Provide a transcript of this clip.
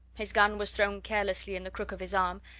his gun was thrown carelessly in the crook of his arm,